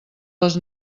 les